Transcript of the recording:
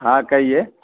ہاں کہیے